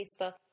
Facebook